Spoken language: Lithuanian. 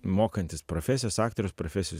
mokantis profesijos aktoriaus profesijos